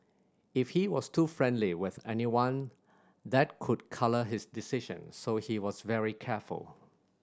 if he was too friendly with anyone that could colour his decision so he was very careful